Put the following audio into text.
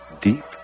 deep